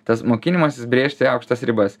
tas mokinimasis brėžti aukštas ribas